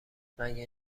مگه